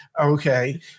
Okay